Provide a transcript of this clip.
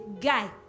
guy